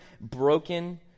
broken